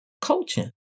coaching